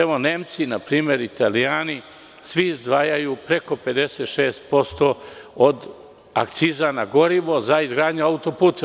Evo, Nemci, na primer, i Italijani, svi izdvajaju preko 56% od akciza na gorivo za izgradnju autoputeva.